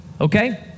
Okay